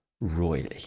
royally